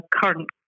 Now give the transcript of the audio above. current